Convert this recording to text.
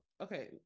Okay